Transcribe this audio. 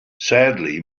sadly